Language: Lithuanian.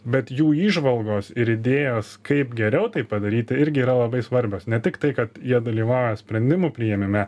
bet jų įžvalgos ir idėjos kaip geriau tai padaryti irgi yra labai svarbios ne tik tai kad jie dalyvauja sprendimų priėmime